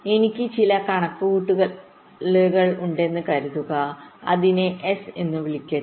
എനിക്ക് ചില കണക്കുകൂട്ടലുകൾ ഉണ്ടെന്ന് കരുതുക അതിനെ S എന്ന് വിളിക്കട്ടെ